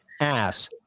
ass